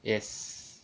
yes